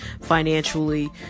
financially